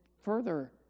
further